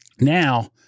Now